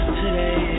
today